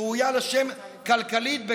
שראויה לשם "קלקלית",